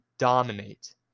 dominate